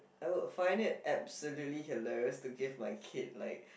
I would find it absolutely hilarious to give my kid like